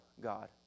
God